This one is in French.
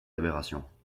aberrations